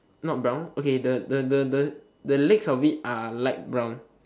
not brown okay the the the the the legs of it are light brown